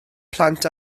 plant